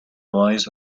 boys